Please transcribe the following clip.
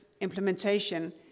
implementation